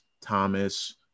Thomas